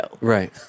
Right